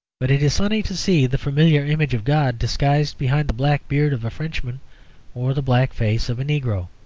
but it is funny to see the familiar image of god disguised behind the black beard of a frenchman or the black face of a negro.